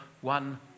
one